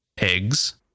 eggs